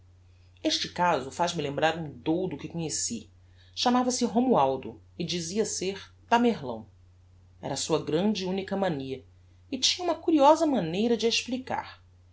este caso faz-me lembrar um doudo que conheci chamava-se romualdo e dizia ser tamerlão era a sua grande e unica mania e tinha uma curiosa maneira de a explicar